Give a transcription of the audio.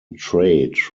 trade